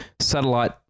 satellite